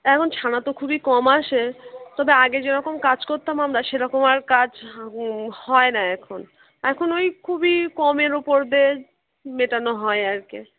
এখন ছানা তো খুবই কম আসে তবে আগে যেরকম কাজ কত্তাম আমরা সেরকম আর কাজ হয় না এখন এখন ওই খুবই কমের ওপর দিয়ে মেটানো হয় আর কি